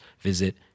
visit